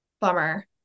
Bummer